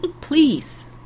please